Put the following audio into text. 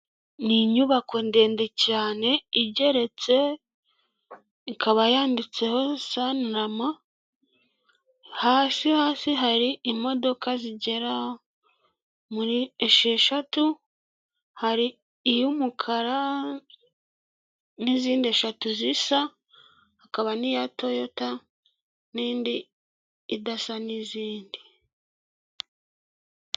Ni inyubako ndende cyane igeretse, ikaba yanditseho Sanlam, hasi hasi hari imodoka zigera muri esheshatu, hari iy'umukara n'izindi eshatu zisa, hakaba n'iya Toyota, n'indi idasa n'izindi.